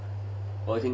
我有听过我有听过